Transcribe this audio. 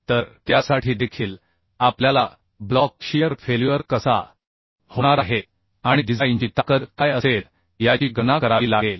तर त्यासाठी देखील आपल्याला ब्लॉक शीअर फेल्युअर कसा होणार आहे आणि डिझाइनची ताकद काय असेल याची गणना करावी लागेल